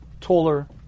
taller